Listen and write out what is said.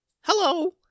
Hello